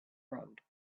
road